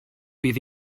bydd